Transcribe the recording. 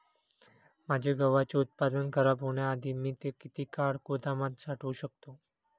माझे गव्हाचे उत्पादन खराब होण्याआधी मी ते किती काळ गोदामात साठवू शकतो?